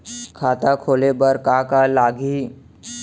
खाता खोले बार का का लागही?